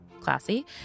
classy